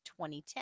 2010